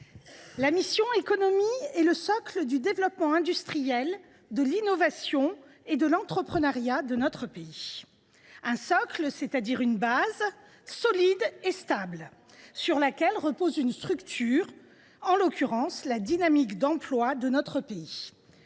la mission « Économie » est le socle du développement industriel, de l’innovation et de l’entrepreneuriat de notre pays : un socle, c’est à dire une base, solide et stable, sur laquelle repose une structure, en l’occurrence la dynamique d’emplois de notre pays.